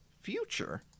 future